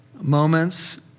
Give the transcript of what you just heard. moments